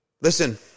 Listen